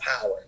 power